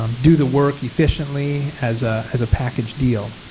um do the work efficiently as ah as a package deal.